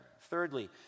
Thirdly